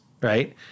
right